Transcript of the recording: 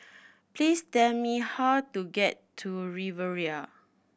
please tell me how to get to Riviera